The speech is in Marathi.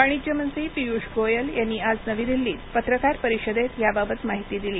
वाणिज्य मंत्री पियुष गोयल यांनी आज नवी दिल्लीत पत्रकार परिषदेत याबाबत माहिती दिली